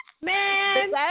Man